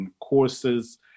courses